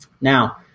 Now